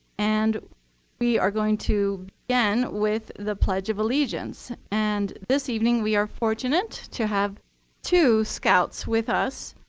and we are going to begin with the pledge of allegiance. and this evening we are fortunate to have two scouts with us.